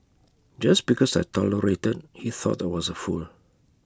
just because I tolerated he thought I was A fool